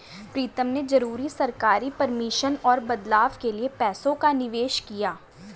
प्रीतम ने जरूरी सरकारी परमिशन और बदलाव के लिए पैसों का निवेश किया